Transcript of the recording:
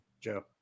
Joe